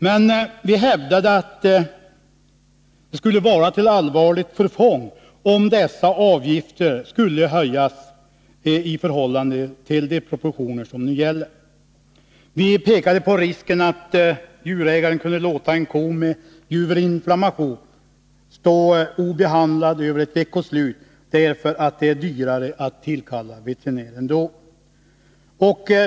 Men vi hävdar också att det skulle vara till allvarligt förfång om dessa avgifter skulle höjas i förhållande till de proportioner som nu gäller.” Vi pekade på risken att djurägaren skulle låta en ko med juverinflammation stå obehandlad över ett veckoslut därför att det är dyrare att tillkalla veterinären då.